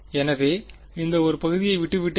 எனவே இந்த ஒரு பகுதியை விட்டுவிட்டேன்